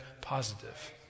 positive